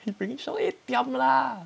he really shout eh diam lah